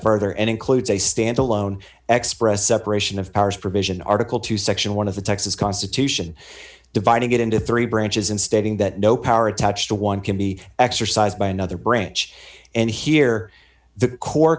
further and includes a standalone xpress separation of powers provision article two section one of the texas constitution dividing it into three branches and stating that no power attached to one can be exercised by another branch and here the core